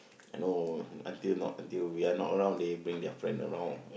you know until not we are not around they bring their friend around